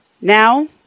Now